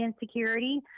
insecurity